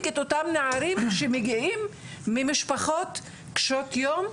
את אותם נערים שמגיעים ממשפחות קשות יום,